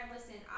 Listen